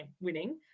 winning